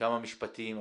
כמה משפטים,